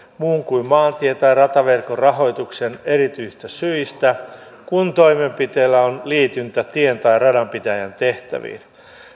muun kuin maantie tai rataverkon rahoitukseen erityisistä syistä kun toimenpiteellä on liityntä tien tai radanpitäjän tehtäviin